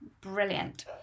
brilliant